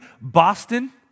Boston